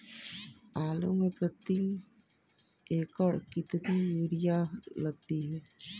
आलू में प्रति एकण कितनी यूरिया लगती है?